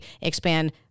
expand